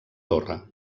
torre